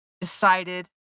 decided